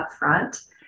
upfront